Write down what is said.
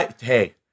Hey